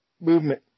movement